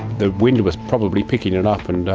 the wind was probably picking it up and,